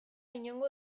inongo